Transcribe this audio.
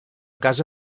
casa